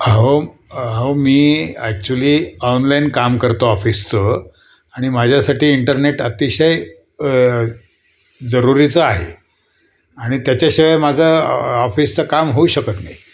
अहो अहो मी ॲक्च्युली ऑनलाईन काम करतो ऑफिसचं आणि माझ्यासाठी इंटरनेट अतिशय जरुरीचं आहे आणि त्याच्याशिवाय माझं ऑफिसचं काम होऊ शकत नाही